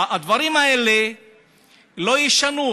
הדברים האלה לא ישנו.